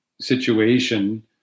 situation